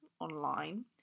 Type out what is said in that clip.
online